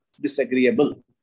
disagreeable